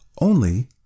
Only